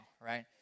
right